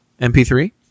MP3